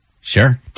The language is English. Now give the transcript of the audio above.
Sure